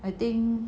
I think